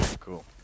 Cool